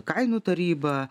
kainų tarybą